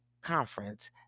Conference